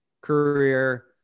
career